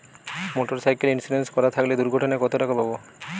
Motorcycle insurance করা থাকলে দুঃঘটনায় কতটাকা পাব?